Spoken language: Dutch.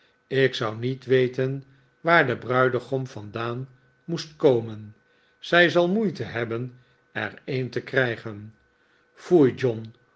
ik zou niet weten waar de bruidegom vandaan moest komen zij zal moeite hebben er een te krijgen foei john